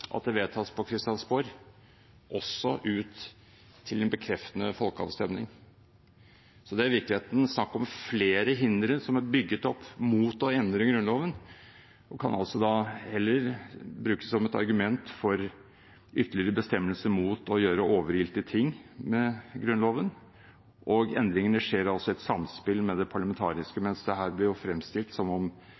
at det vedtas på Christiansborg, ut til en bekreftende folkeavstemning. Det er i virkeligheten snakk om flere hindre som er bygget opp mot å endre grunnloven. Det kan altså heller brukes som et argument for ytterligere bestemmelser mot å gjøre overilte ting med grunnloven. Endringene skjer altså i et samspill med det parlamentariske, mens det her ble fremstilt som om